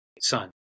Son